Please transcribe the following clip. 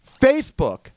Facebook